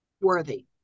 worthy